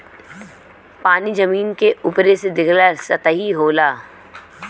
पानी जमीन के उपरे से दिखाला सतही होला